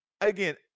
Again